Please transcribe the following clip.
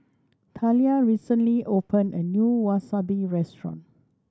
Talia recently opened a new Wasabi Restaurant